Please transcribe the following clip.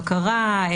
בקרה,